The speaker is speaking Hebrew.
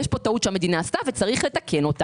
יש פה טעות שהמדינה עשתה וצריך לתקנה.